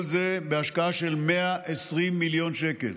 כל זה בהשקעה של 120 מיליון שקלים,